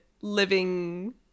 living